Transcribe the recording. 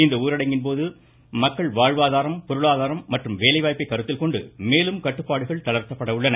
இந்த ஊரடங்கின் போது மக்களின் வாழ்வாதாரம் பொருளாதாரம் மற்றும் வேலைவாய்ப்பை கருத்தில்கொண்டு மேலும் கட்டுப்பாடுகள் தளர்த்தப்பட உள்ளன